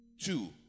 two